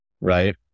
Right